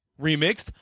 remixed